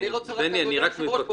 אדוני היושב-ראש,